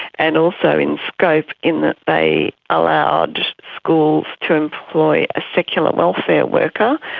and also in scope in that they allowed schools to employ a secular welfare worker,